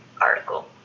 article